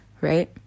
right